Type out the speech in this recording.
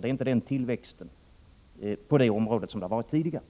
Det är inte samma tillväxt på det området som det har varit tidigare.